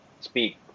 speak